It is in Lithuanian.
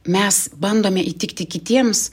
mes bandome įtikti kitiems